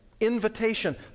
invitation